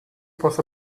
posso